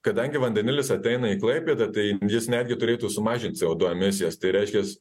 kadangi vandenilis ateina į klaipėdą tai jis netgi turėtų sumažint co du emisijas tai reiškias